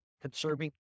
Conserving